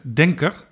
denker